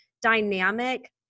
dynamic